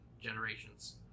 generations